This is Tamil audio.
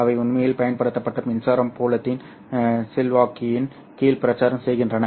அவை உண்மையில் பயன்படுத்தப்பட்ட மின்சார புலத்தின் செல்வாக்கின் கீழ் பிரச்சாரம் செய்கின்றன